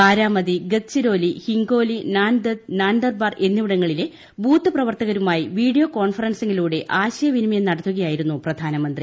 ബാരാമതി ഗദ്ചിരോലി ഹിങ്കോലി നാൻദദ് നാൻദർബാർ എന്നിവിടങ്ങളിലെ ബൂത്ത് പ്രവർത്തകരുമായി വീഡിയോ കോൺഫറൻസിംഗിലൂടെ ആശയവിനിമയം നടത്തുകയായിരുന്നു പ്രധാനമന്ത്രി